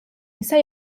ise